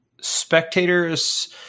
Spectators